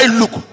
look